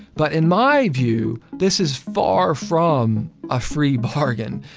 but in my view, this is far from a free bargain.